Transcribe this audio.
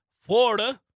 Florida